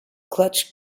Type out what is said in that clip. clutch